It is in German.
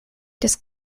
des